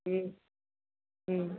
हम्म हम्म